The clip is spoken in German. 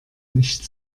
nicht